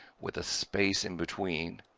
with a space in between,